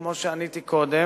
כמו שעניתי קודם,